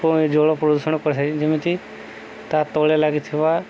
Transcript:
ଜଳ ପ୍ରଦୂଷଣ କରିଥାଏ ଯେମିତି ତା ତଳେ ଲାଗିଥିବା